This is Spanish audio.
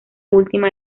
última